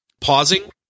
pausing